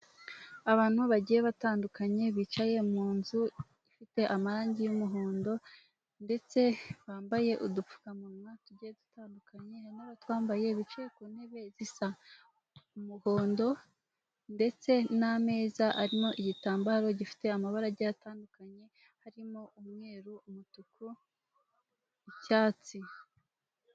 Abantu bagiye batandukanye bicaye mu nzu ifite amarangi y'umuhondo ndetse, bambaye udupfukamunwa tugiye dutandukanye batwambaye, bicaye ku ntebe zisa umuhondo ndetse n'ameza arimo igitambaro gifite amabarange atandukanye harimo umweru umutuku n'icyatsi.